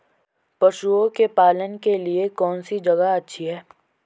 पशुओं के पालन के लिए कौनसी जगह अच्छी है?